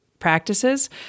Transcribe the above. practices